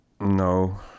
No